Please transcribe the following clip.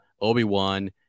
Obi-Wan